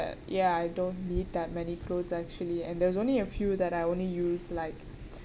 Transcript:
ya I don't need that many clothes actually and there's only a few that I only use like